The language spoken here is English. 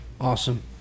Awesome